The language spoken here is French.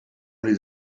les